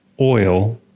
oil